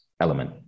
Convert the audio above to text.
element